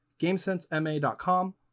GamesenseMA.com